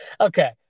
Okay